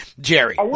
Jerry